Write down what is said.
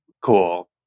Cool